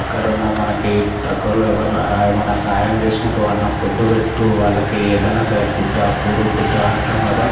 అక్కడ ఉన్న మనకి దగ్గర్లో ఎవరు ఏమైనా సాయం చేసుకుంటూ అన్నం ఫుడ్ పెడుతూ వాళ్ళకి ఏదైనా సరే గుడ్డ కూడు గుడ్డ అంటాము కదా